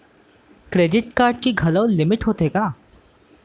Credit card के घलव limit होथे का?